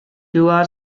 you’re